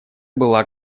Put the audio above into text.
была